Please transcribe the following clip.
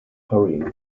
hurrying